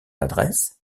adresse